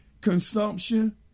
consumption